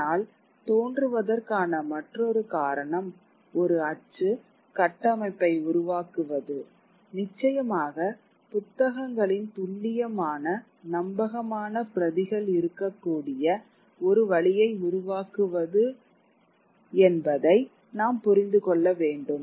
ஆனால் தோன்றுவதற்கான மற்றொரு காரணம் ஒரு அச்சு கட்டமைப்பை உருவாக்குவது நிச்சயமாக புத்தகங்களின் துல்லியமான நம்பகமான பிரதிகள் இருக்கக்கூடிய ஒரு வழியை உருவாக்குவது என்பதை நாம் புரிந்து கொள்ள வேண்டும்